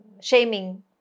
shaming